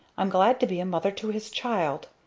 i'm glad to be a mother to his child!